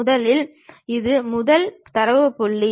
முதலில் இது முதல் தரவு புள்ளி